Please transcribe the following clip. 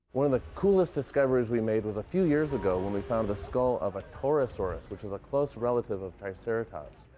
one of the coolest discoveries we made was a few years ago when we found a skull of a torosaurus, which is a close relative of triceratops.